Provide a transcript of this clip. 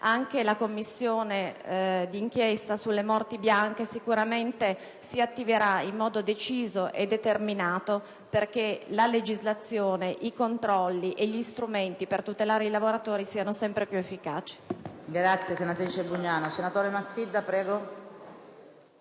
anche la Commissione d'inchiesta sulle morti bianche sicuramente si attiverà in modo deciso e determinato perché la legislazione, i controlli e gli strumenti per tutelare i lavoratori siano sempre più efficaci.